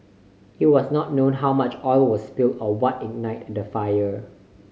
it was not known how much oil was spilled or what ignited the fire